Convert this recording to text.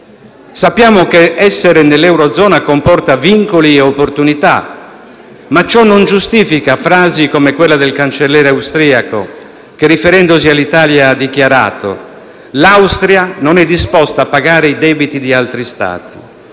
Sappiamo che essere nell'eurozona comporta vincoli e opportunità, ma ciò non giustifica frasi come quella del Cancelliere austriaco, che riferendosi all'Italia ha dichiarato che l'Austria non è disposta a pagare i debiti di altri Stati.